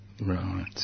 Right